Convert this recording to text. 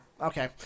Okay